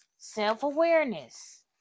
self-awareness